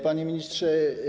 Panie Ministrze!